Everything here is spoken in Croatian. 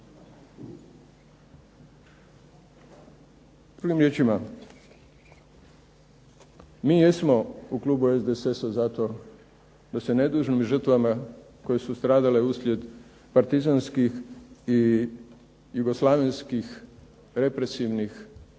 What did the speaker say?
Drugim riječima, mi jesmo u klubu SDSS-a za to da se nedužnim žrtvama koje su stradale uslijed partizanskih i jugoslavenskih represivnih